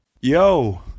Yo